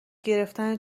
گرفتن